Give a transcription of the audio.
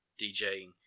DJing